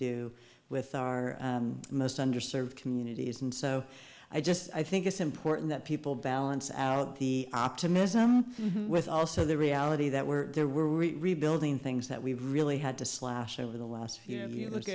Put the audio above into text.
do with our most underserved communities and so i just i think it's important that people balance out the optimism with also the reality that were there were rebuilding things that we really had to slash over the last